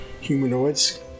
humanoids